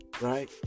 right